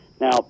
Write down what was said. Now